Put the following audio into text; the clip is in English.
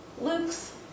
Luke's